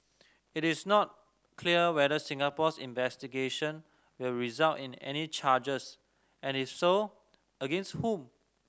it is not clear whether Singapore's investigation will result in any charges and if so against whom